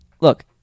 Look